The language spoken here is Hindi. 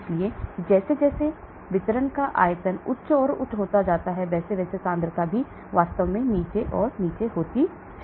इसलिए जैसे जैसे वितरण का आयतन उच्च और उच्च होता जाता है वैसे वैसे सांद्रता भी वास्तव में नीचे और नीचे होती रहती है